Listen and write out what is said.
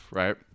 right